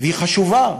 והיא חשובה,